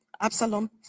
Absalom